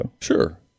Sure